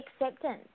acceptance